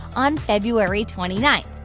on february twenty nine.